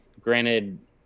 granted